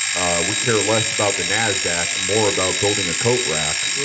ah we care less about the nasdaq and more about building a coat rack